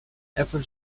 ever